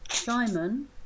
Simon